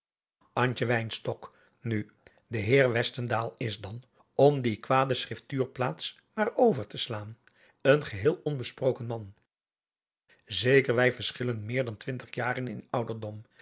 nu de heer westendaal is dan om die kwade schriftuurplaats maar over te slaan een geheel onbesproken man zeker wij vershillen meer dan twintig jaren in ouderdom